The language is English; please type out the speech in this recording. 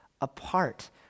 apart